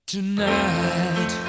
Tonight